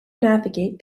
navigate